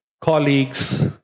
colleagues